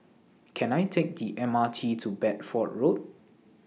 Can I Take The M R T to Bedford Road